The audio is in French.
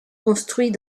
construit